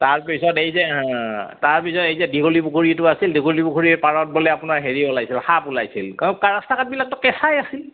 তাৰপিছত এই যে তাৰ পিছত এই যে দীঘলী পুখুৰীটো আছিল দীঘলী পুখুৰীৰ পাৰত বোলে আপোনাৰ হেৰি ওলাইছিল সাপ ওলাইছিল ৰাস্তা ঘাটবিলাকতো কেঁচাই আছিল